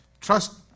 Trust